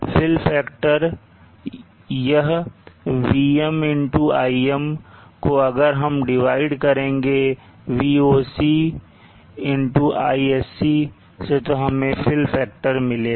fill factor यह Vm Im को अगर हम डिवाइड करेंगे VocIsc से तो हमें fill factor मिलेगा